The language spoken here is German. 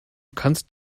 kannst